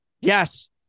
Yes